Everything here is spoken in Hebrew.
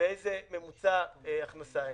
ובאיזה ממוצע הכנסה הם.